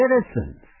citizens